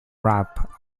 rap